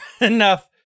enough